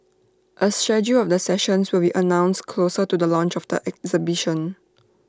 A schedule of the sessions will be announced closer to the launch of the exhibition